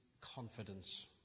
confidence